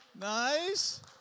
Nice